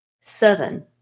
Seven